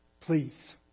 Please